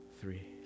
three